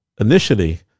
initially